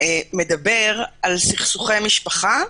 מדבר על סכסוכי משפחה,